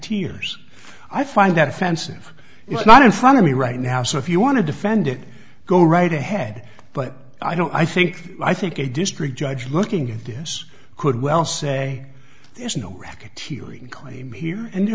eers i find that offensive it's not in front of me right now so if you want to defend it go right ahead but i don't i think i think a district judge looking at this could well say there's no racketeering claim here and